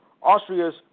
Austria's